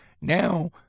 Now